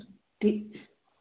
ठीक